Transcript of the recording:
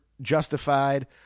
justified